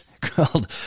called